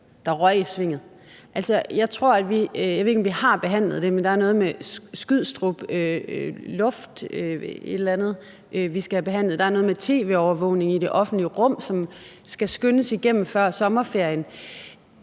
der røg i svinget. Altså, jeg ved ikke, om vi har behandlet det, men der er noget med Flyvestation Skrydstrup – et eller andet, vi skal have behandlet der – og der er noget med tv-overvågning i det offentlige rum, som skal fremskyndes før sommerferien.